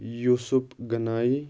Yousuf Ganai